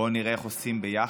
בואו נראה איך עושים ביחד,